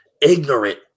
ignorant